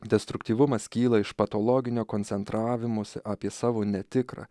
destruktyvumas kyla iš patologinio koncentravimosi apie savo netikrą